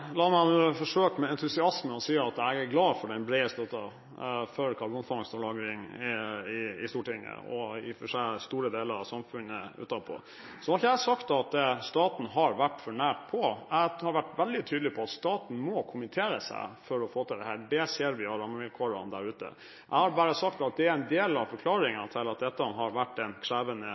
La meg med entusiasme forsøke å si at jeg er glad for den brede støtten for karbonfangst og -lagring i Stortinget – og i og for seg i store deler av samfunnet utenfor. Jeg har ikke sagt at staten har vært for nær på. Jeg har vært veldig tydelig på at staten må kommittere seg for å få til dette. Det ser vi av rammevilkårene der ute. Jeg har bare sagt at det er en del av forklaringen på at dette har vært en krevende